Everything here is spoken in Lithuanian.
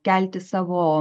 kelti savo